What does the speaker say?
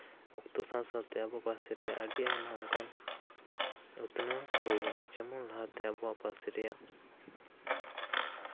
ᱚᱠᱛᱚ ᱥᱟᱶ ᱥᱟᱶᱛᱮ ᱟᱵᱚ ᱯᱟᱥᱮᱨᱮ ᱟᱹᱰᱤ ᱟᱭᱢᱟ ᱚᱱᱠᱟᱱ ᱩᱛᱱᱟᱹᱣ ᱦᱩᱭ ᱠᱟᱱᱟ ᱡᱮᱢᱚᱱ ᱞᱟᱦᱟᱛᱮ ᱟᱵᱚᱣᱟᱜ ᱯᱟᱹᱨᱥᱤ ᱨᱮᱭᱟᱜ